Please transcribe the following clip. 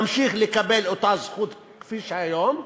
ממשיך לקבל אותה הזכות כפי שהיום,